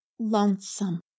Lonesome